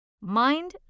Mind